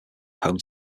home